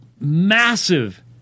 massive